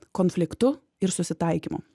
konfliktu ir susitaikymu